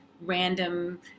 Random